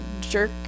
jerk